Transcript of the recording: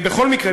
בכל מקרה,